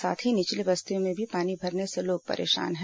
साथ ही निचली बस्तियों में पानी भरने से लोग परेशान हैं